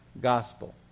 gospel